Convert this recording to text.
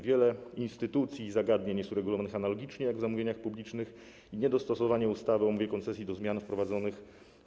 Wiele instytucji i zagadnień jest uregulowanych analogicznie jak w zamówieniach publicznych i niedostosowanie ustawy o umowie koncesji do zmian wprowadzonych w